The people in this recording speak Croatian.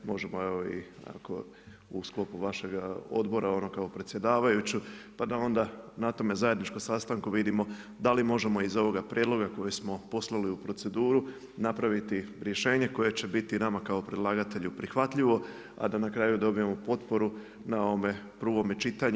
Možemo evo i ako u sklopu vašega odbora ono kao predsjedavajući, pa da onda na tome zajedničkom sastanku vidimo da li možemo iz ovoga prijedloga koji smo poslali u proceduru napraviti rješenje koje će biti nama kao predlagatelju prihvatljivo, a da na kraju dobijemo potporu na ovome prvome čitanju.